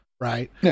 right